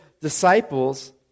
disciples